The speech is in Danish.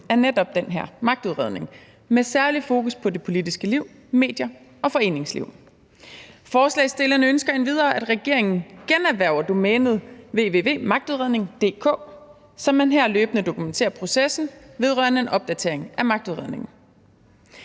af netop den her magtudredning med særlig fokus på det politiske liv, medier og foreningsliv. Forslagsstillerne ønsker endvidere, at regeringen generhverver domænet www.magtudredning.dk, og at man her løbende dokumenterer processen vedrørende en opdatering af magtudredningen.